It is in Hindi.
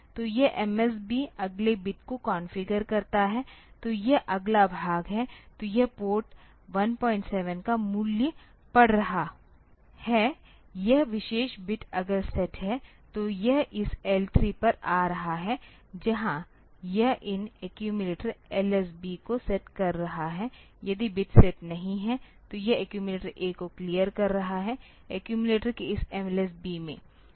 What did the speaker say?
तो यह MSB अगले बिट को कॉन्फ़िगर करता है तो यह अगला भाग है तो यह पोर्ट 17 का मूल्य पढ़ रहा है यह विशेष बिट अगर सेट है तो यह इस L3 पर आ रहा है जहां यह इन एक्यूमिलेटर LSB को सेट कर रहा है यदि बिट सेट नहीं है तो यह एक्यूमिलेटर A को क्लियर कर रहा है एक्यूमिलेटर के इस LSB में